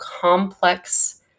complex